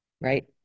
right